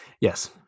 yes